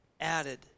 added